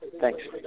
Thanks